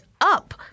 up